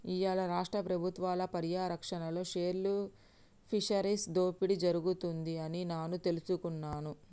ఇయ్యాల రాష్ట్ర పబుత్వాల పర్యారక్షణలో పేర్ల్ ఫిషరీస్ దోపిడి జరుగుతుంది అని నాను తెలుసుకున్నాను